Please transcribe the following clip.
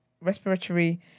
respiratory